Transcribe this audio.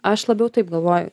aš labiau taip galvoju